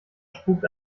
spukt